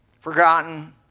forgotten